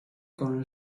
con